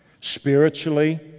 Spiritually